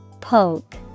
Poke